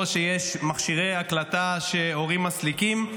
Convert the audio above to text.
או שיש מכשירי הקלטה שהורים מסליקים,